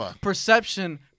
Perception